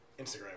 Instagram